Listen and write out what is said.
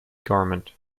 garment